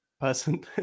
person